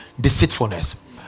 deceitfulness